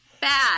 bad